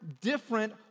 different